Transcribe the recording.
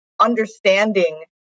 understanding